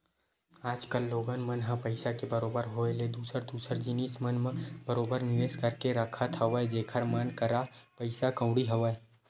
आज कल लोगन मन ह पइसा के बरोबर होय ले दूसर दूसर जिनिस मन म बरोबर निवेस करके रखत हवय जेखर मन करा पइसा कउड़ी हवय